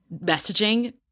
messaging